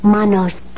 Mano's